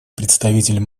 представитель